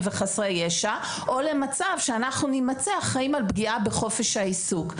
וחסרי ישע או למצב שאנחנו נימצא אחראים על פגיעה בחופש העיסוק.